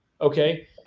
Okay